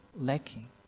lacking